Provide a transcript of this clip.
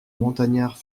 montagnards